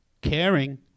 caring